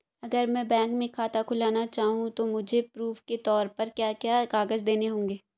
अगर मैं बैंक में खाता खुलाना चाहूं तो मुझे प्रूफ़ के तौर पर क्या क्या कागज़ देने होंगे?